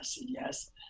yes